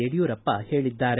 ಯಡಿಯೂರಪ್ಪ ಹೇಳಿದ್ದಾರೆ